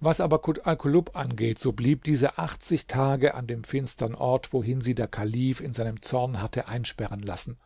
was aber kut alkulub angeht so blieb diese achtzig tage an dem finstern ort wohin sie der kalif in seinem zorn hatte einsperren lassen